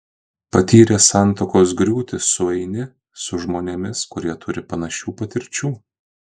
patyręs santuokos griūtį sueini su žmonėmis kurie turi panašių patirčių